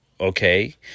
Okay